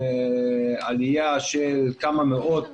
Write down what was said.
עלייה של כמה מאות